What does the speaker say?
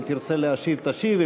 אם תרצה להשיב, תשיב.